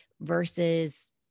versus